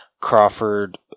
Crawford